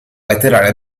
letteraria